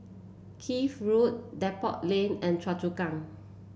Keene Road Depot Lane and Choa Chu Kang